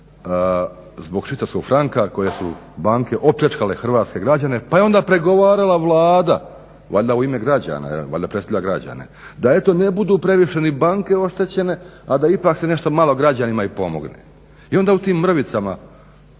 zbog švicarskog franka koje su banke opljačkale hrvatske građane pa je onda pregovarala Vlada valjda u ime građana, valjda predstavlja građane da eto ne budu previše ni banke oštećene, a da ipak se nešto malo građanima i pomogne. I onda u tim mrvicama